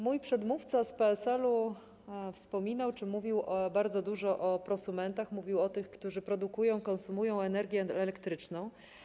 Mój przedmówca z PSL-u wspominał czy mówił bardzo dużo o prosumentach, o tych, którzy produkują, konsumują energię elektryczną.